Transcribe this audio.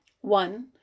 One